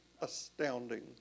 astounding